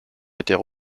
étaient